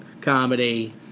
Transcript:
comedy